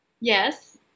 Yes